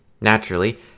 Naturally